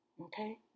Okay